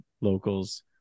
locals